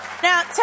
Now